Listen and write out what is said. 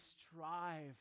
strive